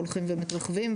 הולכים ומתרחבים,